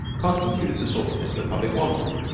constituted the sort of thing the public wanted.